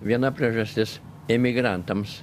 viena priežastis imigrantams